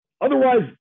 otherwise